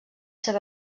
ser